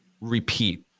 repeat